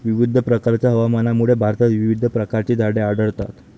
विविध प्रकारच्या हवामानामुळे भारतात विविध प्रकारची झाडे आढळतात